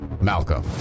Malcolm